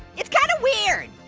it's kind of weird.